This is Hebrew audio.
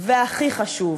והכי חשוב